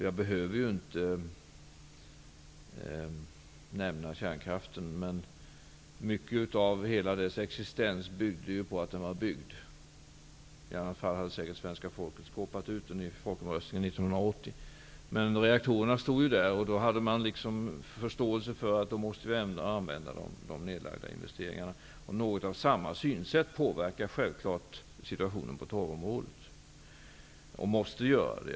Jag behöver inte nämna mer än kärnkraften -- mycket av hela dess existens vilar på att den är utbyggd. I annat fall hade säkert svenska folket säkerligen skåpat ut den i folkomröstningen 1980. Men reaktorerna stod där, och då hade man förståelse för argumentet att de gjorda investeringarna måste utnyttjas. Något av samma synsätt påverkar självfallet situationen på torvområdet, och måste göra det.